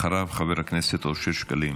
אחריו, חבר הכנסת אושר שקלים.